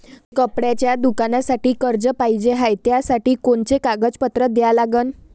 कपड्याच्या दुकानासाठी कर्ज पाहिजे हाय, त्यासाठी कोनचे कागदपत्र द्या लागन?